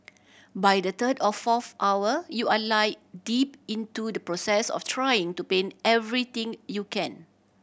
by the third or fourth hour you are like deep into the process of trying to paint everything you can